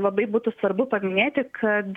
labai būtų svarbu paminėti kad